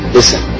Listen